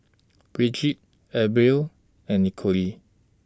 Bridgett Abril and Nicolette